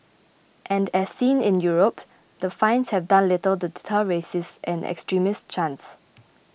and as seen in Europe the fines have done little to deter racist and extremist chants